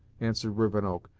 answered rivenoak,